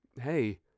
hey